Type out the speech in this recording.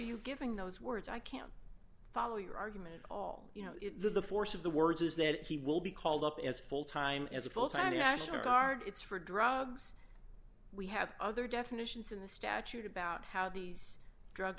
you giving those words i can't follow your argument all you know the force of the words is that he will be called up as full time as a full time national guard it's for drugs we have other definitions in the statute about how these drug